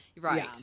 Right